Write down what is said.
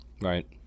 Right